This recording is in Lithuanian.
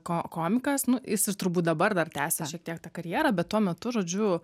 ko komikas nu jis ir turbūt dabar dar tęsia šiek tiek tą karjerą bet tuo metu žodžiu